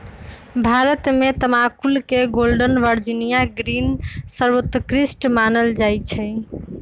भारत में तमाकुल के गोल्डन वर्जिनियां ग्रीन सर्वोत्कृष्ट मानल जाइ छइ